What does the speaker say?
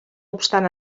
obstant